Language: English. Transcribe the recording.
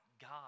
God